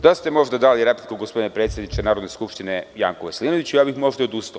Da ste možda dali repliku gospodine predsedniče Narodne skupštine Janku Veselinoviću, ja bih možda i odustao.